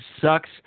sucks